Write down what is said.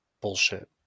bullshit